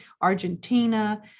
Argentina